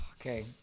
Okay